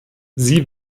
sie